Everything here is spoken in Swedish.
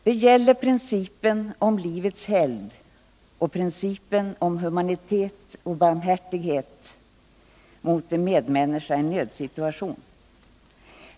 Det gäller dels principen om livets helgd, dels principen om humanitetoch barmhärtighet gentemot en medmänniska i en nödsituation.